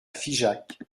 figeac